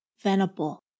Venable